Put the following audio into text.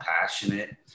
passionate